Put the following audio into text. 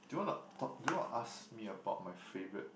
do you wanna talk do you wanna ask me about my favourite